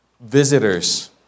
visitors